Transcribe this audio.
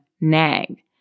nag